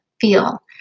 feel